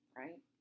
right